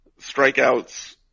strikeouts